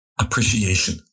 appreciation